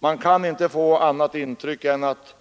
Man kan inte få annat intryck än att